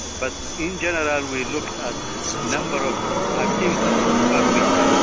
but in general we looked at number of activities per week.